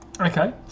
Okay